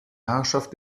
herrschaft